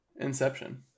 Inception